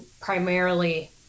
primarily